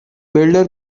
builder